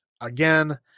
again